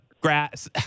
grass